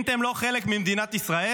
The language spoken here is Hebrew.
אם אתם לא חלק ממדינת ישראל,